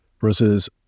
versus